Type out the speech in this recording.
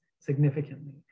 significantly